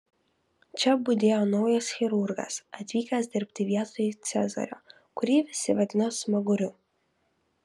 čia budėjo naujas chirurgas atvykęs dirbti vietoj cezario kurį visi vadino smaguriu